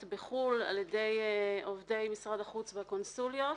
בחו"ל על ידי עובדי משרד החוץ והקונסוליות.